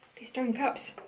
these darn cups.